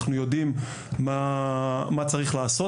אנחנו יודעים מה צריך לעשות,